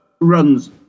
runs